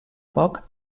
poc